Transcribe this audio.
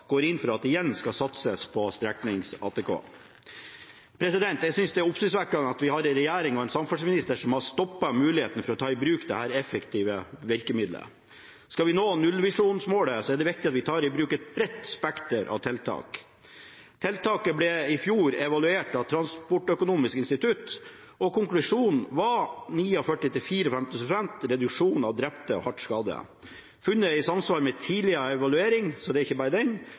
går inn for at det igjen skal satses på gjennomsnittsmåling av fart over lengre strekninger med fotobokser.» Jeg synes det er oppsiktsvekkende at vi har en regjering og en samferdselsminister som har stoppet muligheten for å ta i bruk dette effektive virkemidlet. Skal vi nå nullvisjonsmålet, er det viktig at vi tar i bruk et bredt spekter av tiltak. Tiltaket ble i fjor evaluert av Transportøkonomisk institutt, og konklusjonen var 49–54 pst. reduksjon av drepte og hardt skadde. Funnet er i samsvar med tidligere evaluering – det er ikke bare